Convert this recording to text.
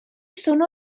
sono